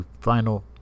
final